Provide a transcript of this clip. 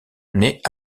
naît